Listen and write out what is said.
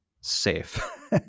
safe